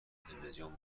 تلویزیون